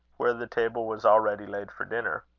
where the table was already laid for dinner.